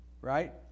right